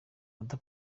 oda